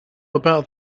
about